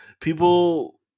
people